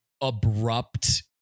abrupt